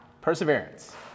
Perseverance